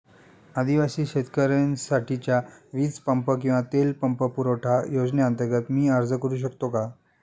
आदिवासी शेतकऱ्यांसाठीच्या वीज पंप किंवा तेल पंप पुरवठा योजनेअंतर्गत मी अर्ज करू शकतो का?